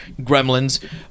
Gremlins